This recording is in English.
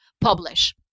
publish